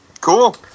Cool